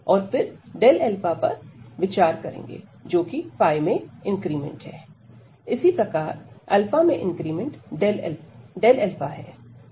और फिर ΔΦ पर विचार करेंगे जो कि में इंक्रीमेंट है इसी प्रकार में इंक्रीमेंट है